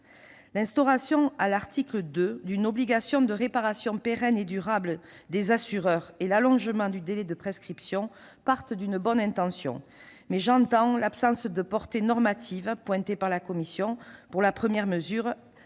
L'instauration, à l'article 2, d'une obligation de réparation pérenne et durable des assureurs et l'allongement du délai de prescription partent d'une bonne intention. Mais je suis consciente de l'absence de portée normative relevée par la commission pour la première mesure,